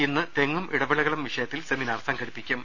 ഇന്ന് തെങ്ങും ഇടവിളകളും വിഷയത്തിൽ സെമിനാർ സംഘ ടിപ്പിക്കും